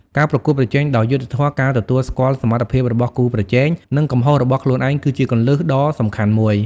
ការប្រកួតប្រជែងដោយយុត្តិធម៌ ការទទួលស្គាល់សមត្ថភាពរបស់គូប្រជែង និងកំហុសរបស់ខ្លួនឯង គឺជាគន្លឹះដ៏សំខាន់មួយ។